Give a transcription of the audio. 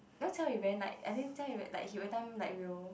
you know jia-wei very like i think jia-wei like he every time like will